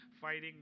fighting